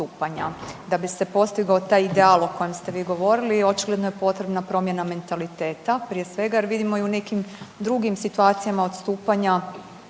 Da bi se postigao taj ideal o kojem ste vi govorili očigledno je potrebna promjena mentaliteta prije svega jer vidimo u nekim drugim situacijama odstupanja